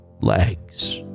legs